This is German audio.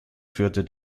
führte